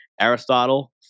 Aristotle